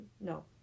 No